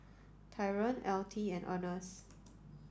Tyron Altie and Earnest